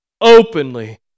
openly